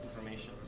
information